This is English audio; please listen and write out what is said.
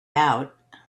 out